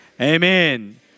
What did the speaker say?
amen